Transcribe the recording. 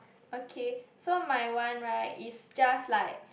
okay so my one right is just like